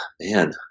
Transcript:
Man